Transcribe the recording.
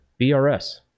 BRS